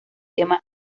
tema